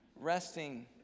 resting